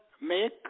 make